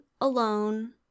alone